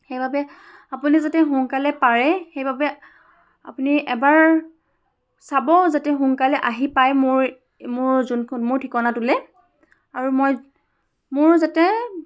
সেইবাবে আপুনি যাতে সোনকালে পাৰে সেইবাবে আপুনি এবাৰ চাব যাতে সোনকালে আহি পায় মোৰ মোৰ যোনখন মোৰ ঠিকনাটোলৈ আৰু মই মোৰ যাতে